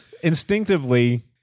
instinctively